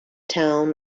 town